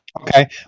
Okay